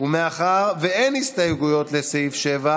אם אין להם עבודה,